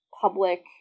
public